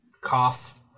cough